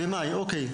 במאי, אוקיי.